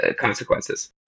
consequences